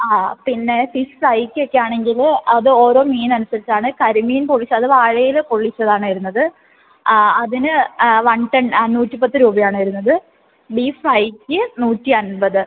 yes പിന്നെ fish ഫ്രൈക്ക് ഒക്കെ ആണെങ്കിൽ അത് ഓരോ മീൻ അനുസരിച്ചാണ് കരിമീൻ പൊള്ളിച്ചത് അത് വാഴയിലയിൽ പൊള്ളിച്ചതാണ് വരുന്നത് അതിന് വൺ ടെൻ നൂറ്റിപ്പത്ത് രൂപയാണ് വരുന്നത് ബീഫ് ഫ്രൈക്ക് നൂറ്റി അൻപത്